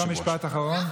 יש לך משפט אחרון.